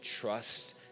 trust